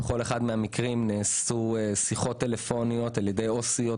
בכל אחד מהמקרים נעשו שיחות טלפוניות על ידי עובדות סוציאליות